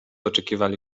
oczekiwali